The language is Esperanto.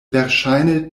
verŝajne